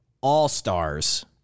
all-stars